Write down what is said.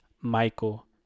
Michael